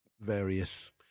various